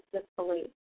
disbelief